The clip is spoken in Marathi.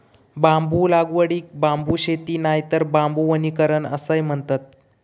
बांबू लागवडीक बांबू शेती नायतर बांबू वनीकरण असाय म्हणतत